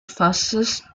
fascist